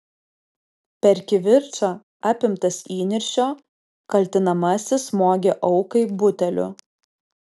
per kivirčą apimtas įniršio kaltinamasis smogė aukai buteliu